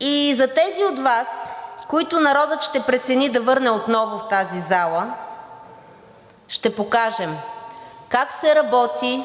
И за тези от Вас, които народът ще прецени да върне отново в тази зала, ще покажем как се работи